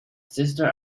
sister